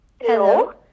Hello